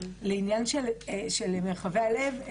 לעניין של מרחבי הלב,